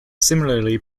similarly